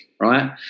right